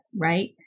right